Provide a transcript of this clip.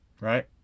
right